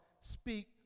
speak